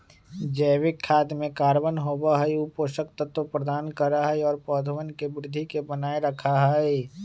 जैविक खाद में कार्बन होबा हई ऊ पोषक तत्व प्रदान करा हई और पौधवन के वृद्धि के बनाए रखा हई